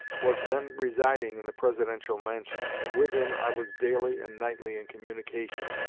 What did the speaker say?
was then residing in the presidential mansion, and with him i was daily and nightly in communication,